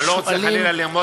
ואני לא רוצה חלילה לרמוז,